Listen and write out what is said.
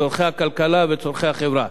צורכי הכלכלה וצורכי החברה,